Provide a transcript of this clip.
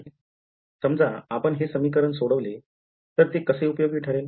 समजा आपण हे समीकरण सोडवले तर ते कसे उपयोगी ठरेल